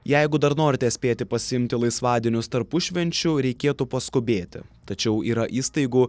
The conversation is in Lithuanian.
jeigu dar norite spėti pasiimti laisvadienius tarpušvenčiu reikėtų paskubėti tačiau yra įstaigų